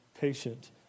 patient